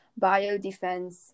biodefense